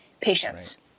patients